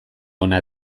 ona